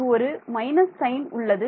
இங்கு ஒரு minus sign உள்ளது